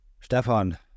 Stefan